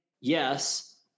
yes